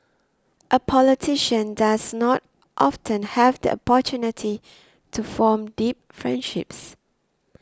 a politician does not often have the opportunity to form deep friendships